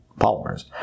polymers